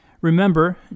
Remember